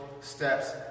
steps